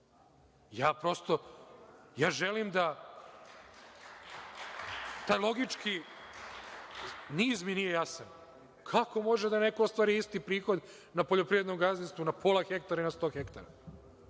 sa životom. Taj logički niz mi nije jasan. Kako može neko da ostvari isti prihod na poljoprivrednom gazdinstvu na pola hektara i na 100 hektara?